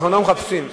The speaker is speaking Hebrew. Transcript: לא יבנה בירושלים,